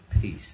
peace